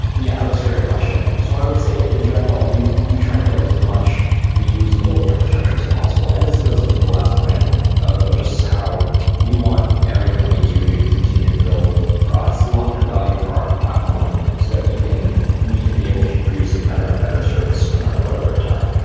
yeah, that's a great question. so i would say, in general, we we try to build as much reusable infrastructure as possible, and this goes into the last point of just how we want everything that we do to continue to build for us, long-term value for our platform so that we can we can be able to produce a better and better service no matter what over time.